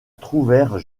trouvèrent